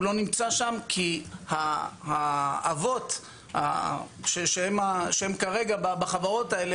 הוא לא נמצא שם כי האבות שהם כרגע בחברות האלה,